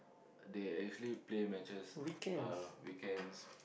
they actually play matches uh weekends